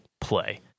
play